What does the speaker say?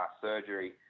surgery